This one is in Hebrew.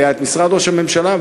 היה משרד ראש הממשלה,